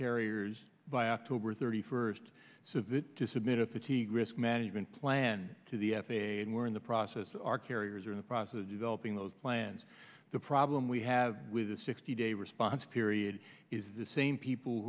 carriers by october thirty first so that to submit a fatigue risk management plan to the f a a and we're in the process our carriers are in the process of developing those plans the problem we have with the sixty day response period is the same people